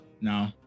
no